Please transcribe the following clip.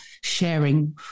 sharing